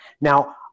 Now